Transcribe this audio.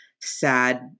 sad